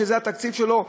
שזה התקציב שלו,